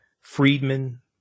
freedmen